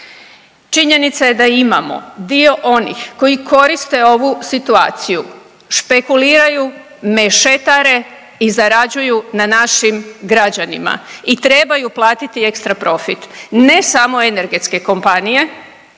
Činjenica je da imamo dio onih koji koriste ovu situaciju, špekuliraju, mešetare i zarađuju na našim građanima i trebaju platiti ekstra profit, ne samo energetske kompanije